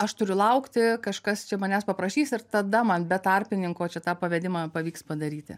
aš turiu laukti kažkas čia manęs paprašys ir tada man be tarpininko čia tą pavedimą pavyks padaryti